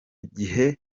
gihe